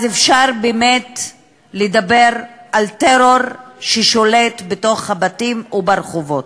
אז אפשר באמת לדבר על טרור ששולט בתוך הבתים וברחובות.